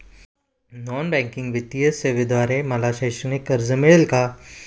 Non banking वित्तीय सेवेद्वारे मला शैक्षणिक कर्ज मिळेल का?